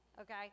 Okay